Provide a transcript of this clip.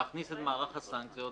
צריך להכניס את מערך הסנקציות,